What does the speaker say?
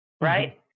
right